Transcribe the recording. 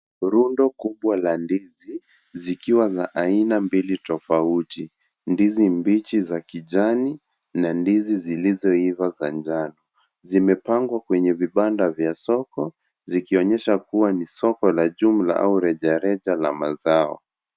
Rundo kubwa la ndizi, zikiwa za aina mbili tofauti. Ndizi mbichi za kijani, na ndizi zilizoiva za njano. Zimepangwa kwenye vibanda vya soko, zikionyesha kuwa ni soko la jumla au rejareja la mazao.